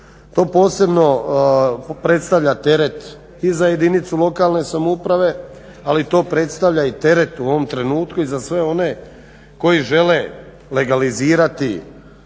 To posebno predstavlja teret i za jedinicu lokalne samouprave, ali to predstavlja i teret u ovom trenutku i za sve one koji žele legalizirati